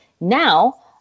Now